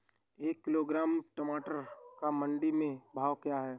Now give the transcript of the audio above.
एक किलोग्राम टमाटर का मंडी में भाव क्या है?